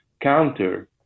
counter